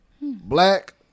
Black